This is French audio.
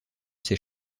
ses